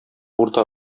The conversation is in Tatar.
урта